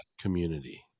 community